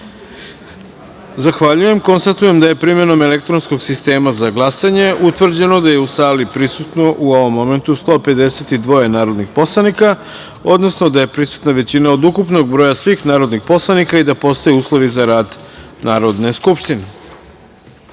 Zahvaljujem. Konstatujem da je primenom elektronskog sistema za glasanje utvrđeno da je u sali prisutno, u ovom momentu, 152 narodnih poslanika, odnosno da je prisutna većina od ukupnog broja svih narodnih poslanika i da postoje uslovi za rad Narodne skupštine.